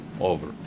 over